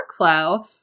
workflow